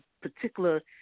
particular